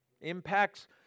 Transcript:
Impacts